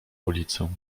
ulicę